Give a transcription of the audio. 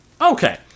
okay